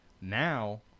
now